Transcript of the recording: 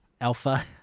alpha